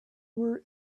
were